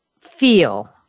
feel